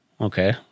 Okay